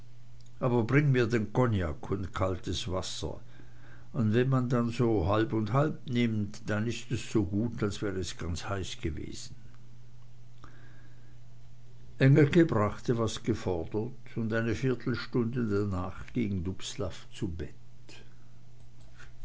aber bringe mir den cognac und kaltes wasser und wenn man dann so halb und halb nimmt dann is es so gut als wär es ganz heiß gewesen engelke brachte was gefordert und eine viertelstunde danach ging dubslav zu bett